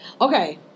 Okay